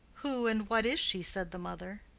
who and what is she? said the mother.